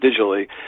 digitally